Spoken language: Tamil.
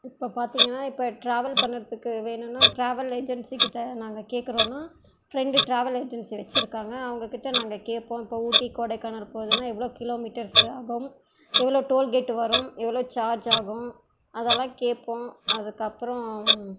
இப்போ பார்த்திங்கன்னா இப்போ டிராவல் பண்ணுறதுக்கு வேணுனால் டிராவல் ஏஜென்சிகிட்ட நாங்கள் கேட்குறோன்னா ஃபிரண்டு டிராவல் ஏஜென்சி வச்சுருக்காங்க அவங்கக்கிட்ட நாங்கள் கேட்போம் இப்போ ஊட்டி கொடைக்கானல் போறதுன்னால் எவ்வளோ கிலோமீட்டர்ஸ் ஆகும் எவ்வளோ டோல் கேட்டு வரும் எவ்வளோ சார்ஜாகும் அதெல்லாம் கேட்போம் அதுக்கப்பறம்